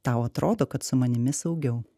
tau atrodo kad su manimi saugiau